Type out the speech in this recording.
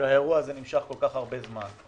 שהאירוע הזה נמשך כל כך הרבה זמן,